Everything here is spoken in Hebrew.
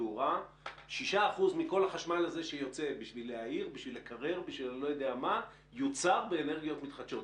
ש-6% מהחשמל שמשמש אותנו מיוצר באנרגיות מתחדשות?